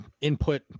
input